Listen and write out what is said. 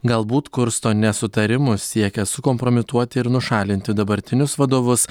galbūt kursto nesutarimus siekia sukompromituoti ir nušalinti dabartinius vadovus